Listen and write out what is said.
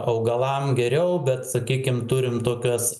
augalam geriau bet sakykim turim tokias